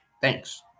thanks